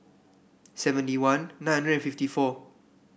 seventy one nine hundred and fifty four